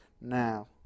now